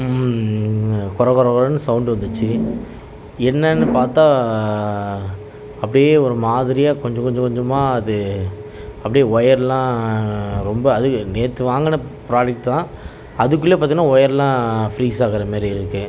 கொர கொர கொரன்னு சவுண்டு வந்துச்சு என்னென்னு பார்த்தா அப்படியே ஒரு மாதிரியாக கொஞ்சம் கொஞ்சம் கொஞ்சமாக அது அப்படியே ஓயரெலாம் ரொம்ப அதுவும் நேற்று வாங்கின ப்ராடக்ட் தான் அதுக்குள்ளே பார்த்தீன்னா ஒயரெலாம் ஃப்ரீஸ் ஆகிற மாதிரி இருக்குது